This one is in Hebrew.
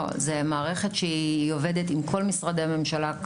לא, זה מערכת שהיא עובדת עם כל משרדי הממשלה.